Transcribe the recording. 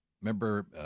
remember